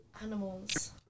Animals